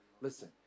Listen